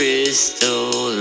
Crystal